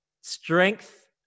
Strength